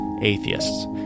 atheists